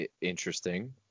Interesting